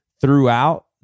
throughout